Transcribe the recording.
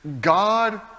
God